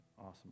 awesome